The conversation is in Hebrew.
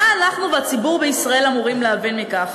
מה אנחנו והציבור בישראל אמורים להבין מכך?